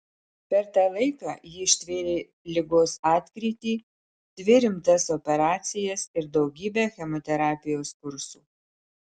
per tą laiką ji ištvėrė ligos atkrytį dvi rimtas operacijas ir daugybę chemoterapijos kursų